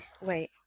Wait